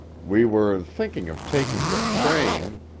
we were thinking of taking the train